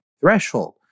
threshold